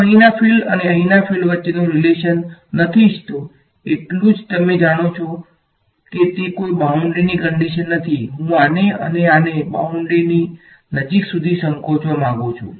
હું અહીંના ફીલ્ડ અને અહીંના ફીલ્ડ વચ્ચેનો સંબંધ નથી ઈચ્છતો એટલું જ તમે જાણો છો કે તે કોઈ બાઉંડ્રીની ક્નડીશન નથી હું આને અને આને બાઉડ્રીની નજીક સુધી સંકોચવા માંગુ છું